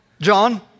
John